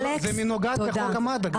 זה מנוגד לחוק המד"א גברתי.